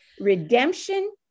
redemption